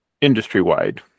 industry-wide